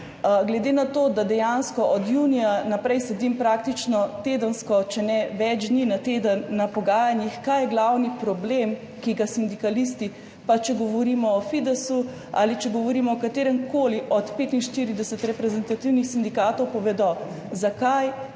glede na to, da dejansko od junija naprej sedim praktično tedensko, če ne več dni na teden na pogajanjih, kaj je glavni problem, ki ga sindikalisti, pa če govorimo o Fidesu ali če govorimo o kateremkoli od 45 reprezentativnih sindikatov, povedo, zakaj